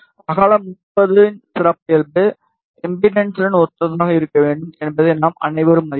அகலம் 50 இன் சிறப்பியல்பு இம்பெடன்ஸுடன் ஒத்ததாக இருக்க வேண்டும் என்பதை நாம் அனைவரும் அறிவோம்